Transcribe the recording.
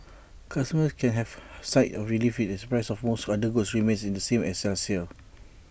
customers can heave A sigh of relief as prices of most other goods remain the same as last year's